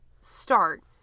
start